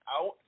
out